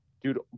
dude